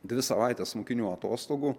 dvi savaites mokinių atostogų